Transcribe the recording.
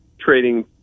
trading